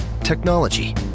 Technology